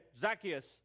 Zacchaeus